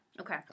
Okay